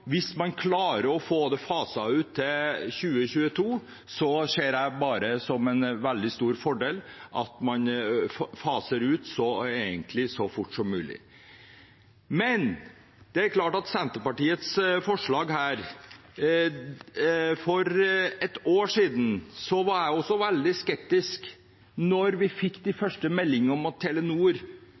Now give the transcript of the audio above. bare som en veldig stor fordel at man faser ut så fort som mulig. Men til Senterpartiets forslag her: For et år siden var jeg også veldig skeptisk, da vi fikk de første meldingene om at Telenor